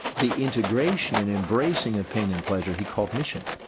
the integration in embracing of pain and pleasure he called mission.